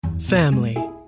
Family